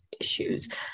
issues